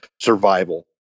survival